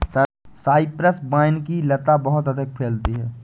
Cyprus vine की लता बहुत अधिक फैलती है